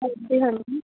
ਹਾਂਜੀ ਹਾਂਜੀ